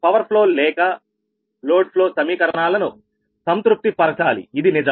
power flow లేఖ load flow సమీకరణాలను సంతృప్తి పరచాలి ఇది నిజం